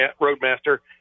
Roadmaster